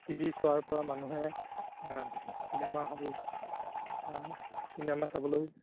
T V চোৱাৰ পৰা মানুহে চিনেমা হল চিনেমা চাবলৈ